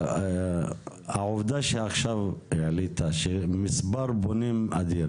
העובדה שעכשיו העלית, שמספר הפונים הוא אדיר